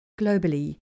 globally